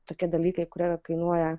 tokie dalykai kurie kainuoja